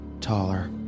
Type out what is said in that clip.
taller